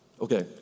okay